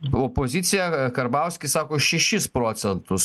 opozicija karbauskis sako šešis procentus